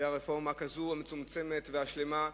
והרפורמה המצומצמת והשלמה.